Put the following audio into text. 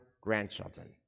grandchildren